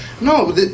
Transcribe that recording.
no